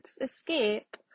escape